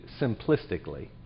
simplistically